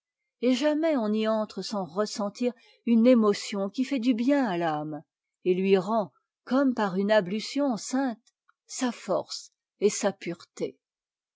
et jamais on n'y entre sans ressentir une émotion qui fait du bien à l'âme et lui rend comme par une ablution sainte sa force et sa pureté